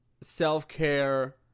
self-care